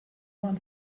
waren